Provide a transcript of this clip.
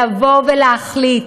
לבוא ולהחליט